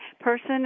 person